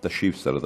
תשיב שרת המשפטים.